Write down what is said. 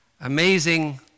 amazing